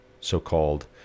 so-called